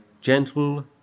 gentle